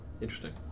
Interesting